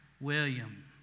William